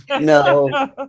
no